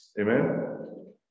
Amen